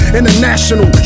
International